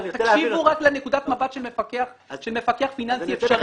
תקשיבו לנקודת המבט של מפקח פיננסי אפשרי.